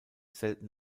selten